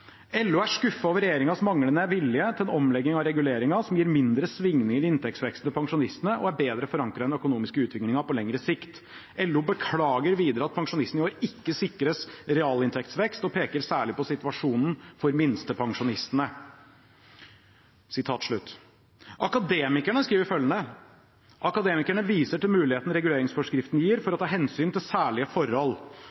LO skriver følgende: «LO er skuffet over Regjeringens manglene vilje til en omlegging av reguleringen, som gir mindre svingninger i inntektsveksten til pensjonistene og er bedre forankret i den økonomiske utviklingen på lengere sikt. LO beklager videre at pensjonistene i år ikke sikres realinntektsvekst, og peker særlig på situasjonen for minstepensjonistene.» Akademikerne skriver følgende: «Akademikerne viser til muligheten reguleringsforskriften gir for